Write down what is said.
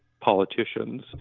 politicians